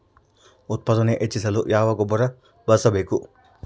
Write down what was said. ಉತ್ಪಾದನೆ ಹೆಚ್ಚಿಸಲು ಯಾವ ಗೊಬ್ಬರ ಬಳಸಬೇಕು?